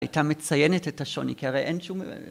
הייתה מציינת את השוני כי הרי אין שום...